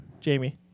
Jamie